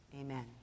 Amen